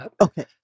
Okay